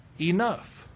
enough